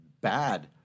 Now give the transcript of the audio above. bad